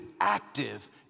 active